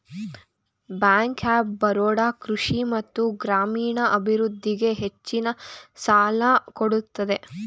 bank of Baroda ಕೃಷಿ ಮತ್ತು ಗ್ರಾಮೀಣ ಅಭಿವೃದ್ಧಿಗೆ ಹೆಚ್ಚಿನ ಸಾಲ ಕೊಡುತ್ತದೆ